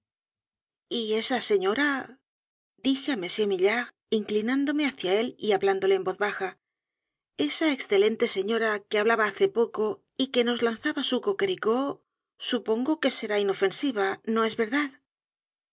y esa señora dije á m maillard inclinándome hacia él y hablándole en voz baja esa excelente seel doctor brea y el profesor pluma ñora que hablaba hace poco y que nos lanzaba su coquericó supongo que será inofensiva no es verdad